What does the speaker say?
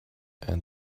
and